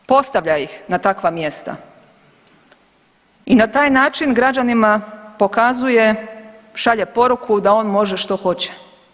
Postavlja ih na takva mjesta i na taj način građanima pokazuje, šalje poruku da on može što hoće.